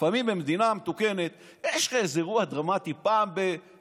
לפעמים במדינה מתוקנת יש לך איזה אירוע דרמטי פעם בשנה.